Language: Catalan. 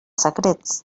secrets